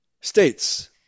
states